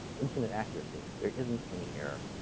infinite accuracy. there isn't any error.